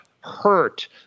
hurt